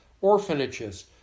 orphanages